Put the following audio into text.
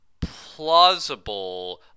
plausible